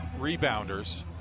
rebounders